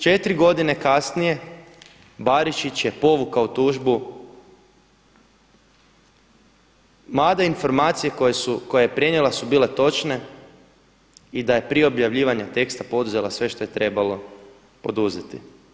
4 godine kasnije Barišić je povukao tužbu, mada su informacije koje je prenijela su bile točne i da je prije objavljivanja teksta poduzela sve što je trebalo poduzeti.